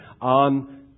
on